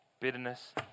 Bitterness